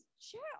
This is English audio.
share